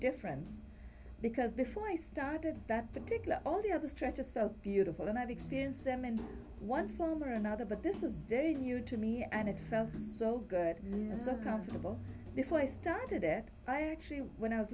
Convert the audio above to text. difference because before i started that particular all the other stretches felt beautiful and i've experienced them in one form or another but this is very new to me and itself so goodness a comfortable before i started it i actually when i was